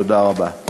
תודה רבה.